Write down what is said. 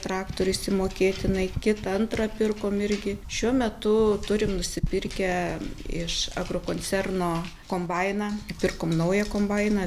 traktorių išsimokėtinai kitą antrą pirkom irgi šiuo metu turim nusipirkę iš agrokoncerno kombainą pirkom naują kombainą